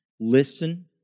listen